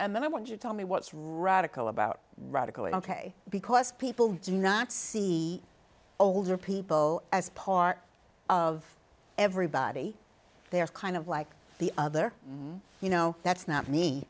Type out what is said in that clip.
and then i want you to tell me what's radical about radical and ok because people do not see older people as part of everybody they're kind of like the other you know that's not me